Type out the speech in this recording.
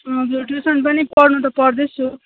हजुर टिउसन पनि पढ्नु त पढ्दैछु